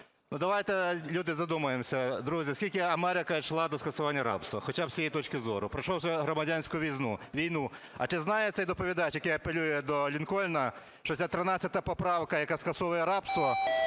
Давайте, люди, задумаємося, друзі, скільки Америка йшла до скасування рабства, хоча б з цієї точки зору, пройшовши Громадянську війну. А чи знає цей доповідач, який апелює до Лінкольна, що ця 13 поправка, яка скасовує рабство,